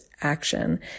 action